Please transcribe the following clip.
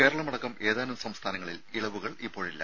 കേരളമടക്കം ഏതാനും സംസ്ഥാനങ്ങളിൽ ഇളവുകൾ ഇപ്പോഴില്ല